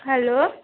hello